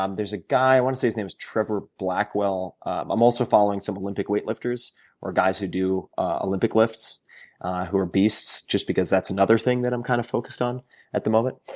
um there's a guy i want to say his name is trevor blackwell i'm also following some olympic weightlifters or guys who do ah olympic lifts who are beasts just because that's another thing that i'm kind of focused on at the moment,